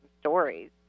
stories